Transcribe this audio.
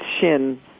Shin